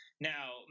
Now